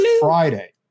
Friday